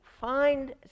find